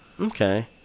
okay